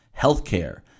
healthcare